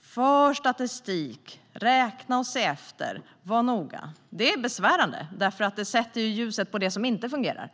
För statistik! Räkna och se efter! Var noga! Det är besvärande, för det sätter ljuset på det som inte fungerar.